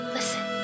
Listen